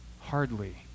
Hardly